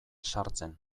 sartzen